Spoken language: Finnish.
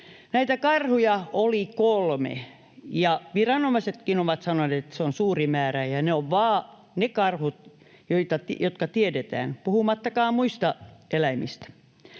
Näitä karhuja oli kolme, ja viranomaisetkin ovat sanoneet, että se on suuri määrä — ja ne ovat vain ne karhut, jotka tiedetään, puhumattakaan muista eläimistä.